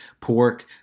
pork